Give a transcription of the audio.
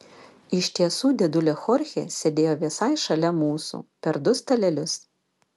iš tiesų dėdulė chorchė sėdėjo visai šalia mūsų per du stalelius